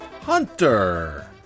Hunter